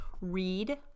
read